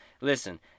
Listen